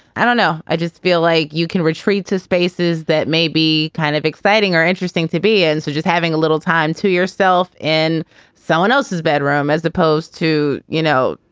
i don't know. i just feel like you can retreat to spaces that may be kind of exciting or interesting to be in. so just having a little time to yourself in someone else's bedroom as opposed to, you know,